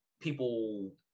people